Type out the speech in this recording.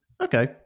okay